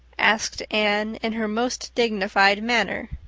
asked anne, in her most dignified manner.